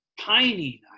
pining